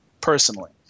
personally